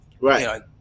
right